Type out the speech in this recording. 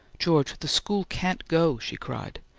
george, the school can't go, she cried.